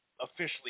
officially